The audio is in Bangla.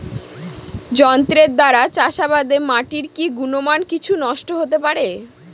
যন্ত্রের দ্বারা চাষাবাদে মাটির কি গুণমান কিছু নষ্ট হতে পারে?